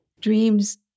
dreams